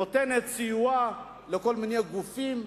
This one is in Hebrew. נותנת סיוע לכל מיני גופים,